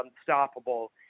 unstoppable